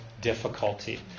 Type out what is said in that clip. difficulty